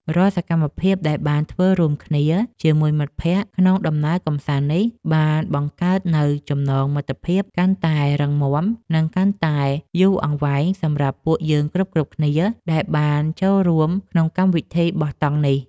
រាល់សកម្មភាពដែលបានធ្វើរួមគ្នាជាមួយមិត្តភក្តិក្នុងដំណើរកម្សាន្តនេះបានបង្កើតនូវចំណងមិត្តភាពកាន់តែរឹងមាំ និង កាន់តែយូរអង្វែងសម្រាប់ពួកយើងគ្រប់ៗគ្នាដែលបានចូលរួមក្នុងកម្មវិធីបោះតង់នេះ។